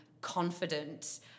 confident